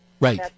Right